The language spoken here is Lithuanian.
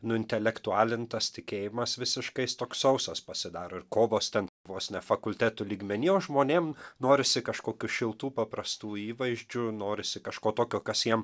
nuintelektualintas tikėjimas visiškai jis toks sausas pasidaro ir kovos ten vos ne fakultetų lygmeny o žmonėm norisi kažkokių šiltų paprastų įvaizdžių norisi kažko tokio kas jiem